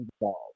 involved